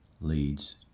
leads